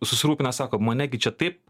susirūpinęs sako mane gi čia taip